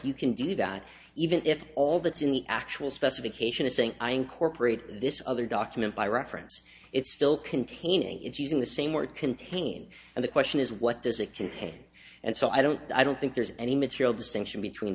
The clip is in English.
you can do that even if all that's in the actual specification is saying i incorporate this other document by reference it still containing it using the same word contain and the question is what does it contain and so i don't i don't think there's any material distinction between